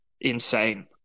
insane